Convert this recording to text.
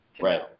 Right